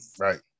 right